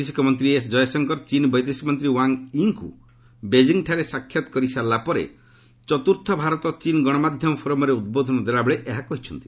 ବୈଦେଶିକ ମନ୍ତ୍ରୀ ଏସ୍ ଜୟଶଙ୍କର ଚୀନ୍ ବୈଦେଶିକ ମନ୍ତ୍ରୀ ୱାଙ୍ଗ୍ ୱି ଙ୍କୁ ବେଜିଂଠାରେ ସାକ୍ଷାତ କରିସାରିଲା ପରେ ଚତ୍ରୁର୍ଥ ଭାରତ ଚୀନ୍ ଗଣମାଧ୍ୟମ ଫୋରମ୍ରେ ଉଦ୍ବୋଧନ ଦେଲାବେଳେ ଏହା କହିଛନ୍ତି